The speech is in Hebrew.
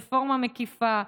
רפורמה מקיפה,